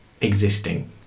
existing